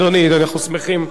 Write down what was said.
אדוני, אנחנו שמחים.